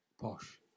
Posh